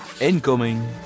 Incoming